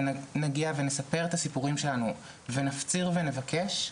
נגיע ונספר את הסיפורים שלנו ונפציר ונבקש,